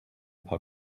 paar